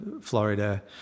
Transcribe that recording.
Florida